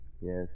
Yes